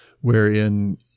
wherein